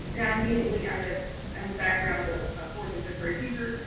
and i immediately, as ah and a background of a fourth and fifth grade teacher,